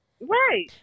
Right